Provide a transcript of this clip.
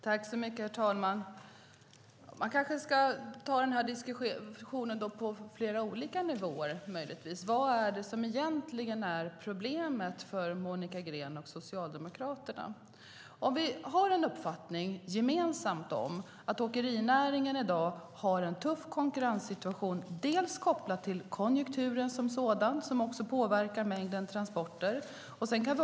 Herr talman! Vi kanske ska ta diskussionen på flera olika nivåer. Vad är det egentliga problemet för Monica Green och Socialdemokraterna? Vår gemensamma åsikt är att åkerinäringen har en tuff konkurrenssituation, bland annat på grund av konjunkturen som också påverkar mängden transporter.